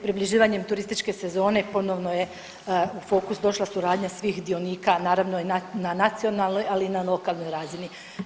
Približavanjem turističke sezone ponovno je u fokus došla suradnja svih dionika, naravno na nacionalnoj ali i na lokalnoj razini.